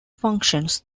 functions